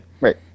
Right